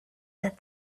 that